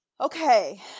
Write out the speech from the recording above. Okay